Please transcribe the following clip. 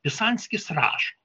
pisanskis rašo